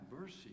mercy